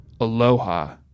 Aloha